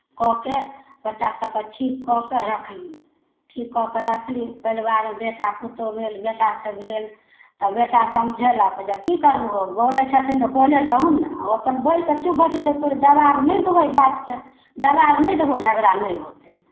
कऽ कऽ बच्चासभकेँ ठीक कऽ कऽ रखली ठीक कऽ कऽ रखली परिवारमे बेटा पुतहु भेल बेटासँ भेल तऽ बेटा समझयलक जे कि करबहु बोलै छथिन तऽ बोलय दहुन ने ओ अपन बोलि कऽ चुप भऽ जयतै तोरे जवाब नहि देबै ओहि बातके जवाब नहि देहो झगड़ा नहि होतै